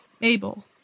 Mabel